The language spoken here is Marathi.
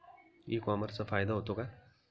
ई कॉमर्सचा फायदा होतो का?